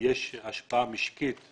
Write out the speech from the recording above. שיש השפעה משקית,